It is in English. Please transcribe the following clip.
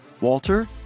Walter